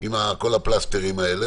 עם כל הפלסטרים האלה